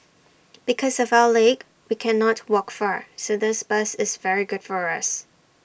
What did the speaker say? because of our leg we cannot walk far so this bus is very good for us